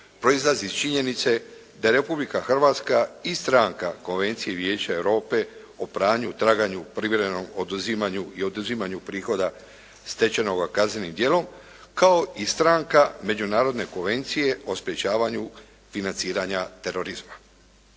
proizlazi iz činjenice da Republika Hrvatska i stranka konvencije Vijeća Europe o pranju, traganju, privremenom oduzimanju i oduzimanju prihoda stečenoga kaznenim djelom kao i stranka Međunarodne konvencije o sprječavanju financiranja terorizma.